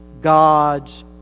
God's